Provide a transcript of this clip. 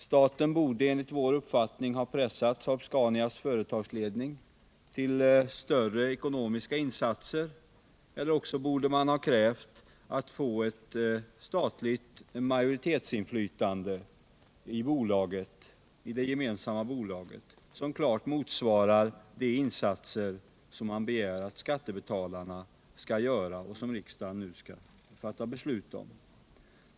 Staten borde enligt vår uppfattning ha pressat Saab-Scanias företagsledning till större ekonomiska insatser, eller också borde man ha krävt att få ett statligt majoritetsinflytande i det gemensamma bolaget som klart motsvarar de insatser man begär att skattebetalarna skall göra och som riksdagen nu skall fatta beslut om.